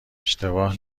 اشتباه